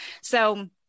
So-